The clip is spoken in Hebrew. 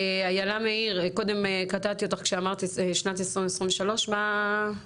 אילה מאיר, קודם קטעתי אותך כשאמרת שנת 2023. מה?